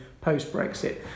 post-Brexit